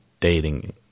dating